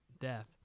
death